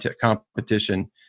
Competition